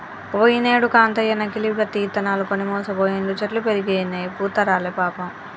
పోయినేడు కాంతయ్య నకిలీ పత్తి ఇత్తనాలు కొని మోసపోయిండు, చెట్లు పెరిగినయిగని పూత రాలే పాపం